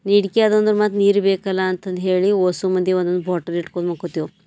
ನೀಡಿಕೆ ಆದ ಅಂದ್ರೆ ಮತ್ತೆ ನೀರು ಬೇಕಲ್ಲ ಅಂತಂದು ಹೇಳಿ ವೋಸು ಮಂದಿ ಒಂದೊಂದು ಬಾಟಲ್ ಹಿಡ್ಕೊಂಡ್ ಮಕ್ಕೋತೀವಿ